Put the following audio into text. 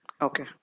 Okay